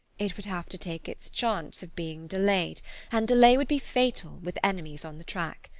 it would have to take its chance of being delayed and delay would be fatal, with enemies on the track.